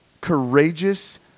Courageous